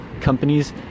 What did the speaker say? companies